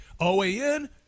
OAN